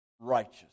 righteous